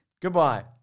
Goodbye